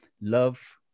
love